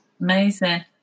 Amazing